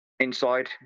Inside